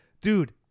dude